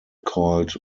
called